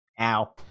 Ow